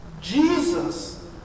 Jesus